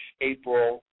April